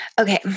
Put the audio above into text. Okay